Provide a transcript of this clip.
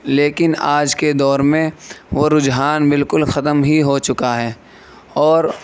لیکن آج کے دور میں وہ رجحان بالکل ختم ہی ہو چُکا ہے اور